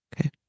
Okay